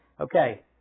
Okay